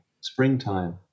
springtime